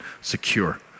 secure